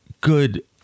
good